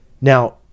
Now